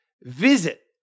visit